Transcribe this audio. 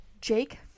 Jake